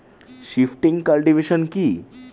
Shifting cultivation কি?